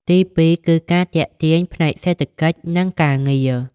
ទីពីរគឺការទាក់ទាញផ្នែកសេដ្ឋកិច្ចនិងការងារ។